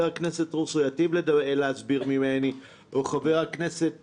חבר הכנסת טל רוסו ייטיב ממני להסביר או חבר הכנסת